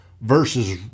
versus